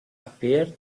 appeared